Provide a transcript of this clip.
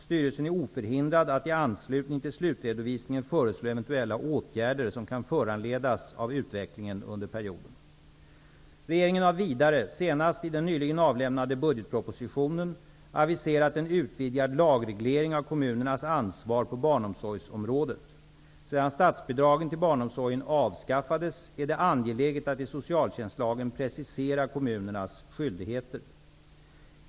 Styrelsen är oförhindrad att i anslutning till slutredovisningen föreslå eventuella åtgärder som kan föranledas av utvecklingen under perioden. Regeringen har vidare senast i den nyligen avlämnade budgetpropositionen aviserat en utvidgad lagreglering av kommunernas ansvar på barnomsorgsområdet. Sedan statsbidragen till barnomsorgen avskaffades är det angeläget att i socialtjänstlagen precisera kommunernas skyldigheter.